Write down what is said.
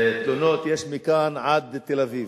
תלונות יש מכאן עד תל-אביב.